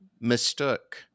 mistook